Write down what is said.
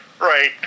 Right